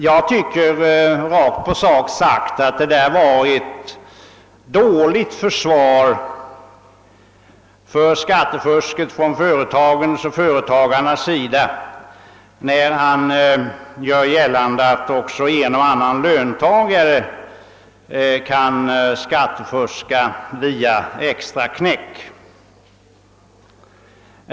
Jag tycker rent ut sagt att det var ett dåligt försvar för företagarnas skattefusk att göra gällande, att också en och annan löntagare kan skattefuska genom extraknäck.